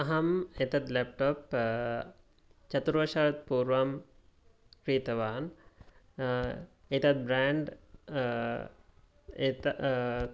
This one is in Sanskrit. अहम् एतद् लेप्टोप् चतुर्वर्षात् पूर्वं क्रीतवान् एतद् ब्राण्ड् एत